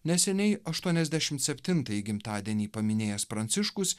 neseniai aštuoniasdešim septintąjį gimtadienį paminėjęs pranciškus